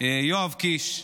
יואב קיש,